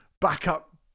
backup